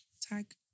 Tag